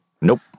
Nope